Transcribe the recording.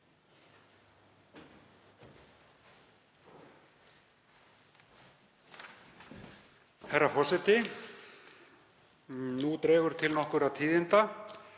Herra forseti. Nú dregur til nokkurra tíðinda.